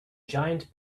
giant